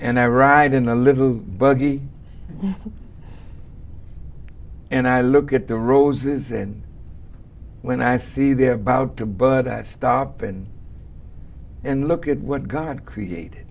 and i ride in a little buggy and i look at the roses and when i see they're about to but i stop and and look at what god create